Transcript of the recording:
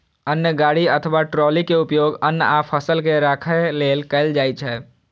अन्न गाड़ी अथवा ट्रॉली के उपयोग अन्न आ फसल के राखै लेल कैल जाइ छै